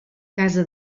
casa